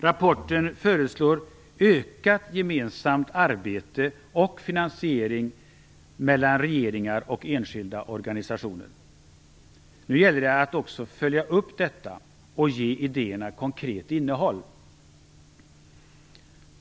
Rapporten föreslår ökat gemensamt arbete och ökad gemensam finansiering mellan regeringar och enskilda organisationer. Nu gäller det att också följa upp detta och ge idéerna konkret innehåll.